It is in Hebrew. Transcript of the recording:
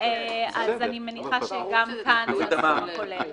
אני מניחה שגם כאן זה הסכום הכולל.